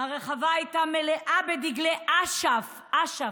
אדוני היושב-ראש, אדוני השר,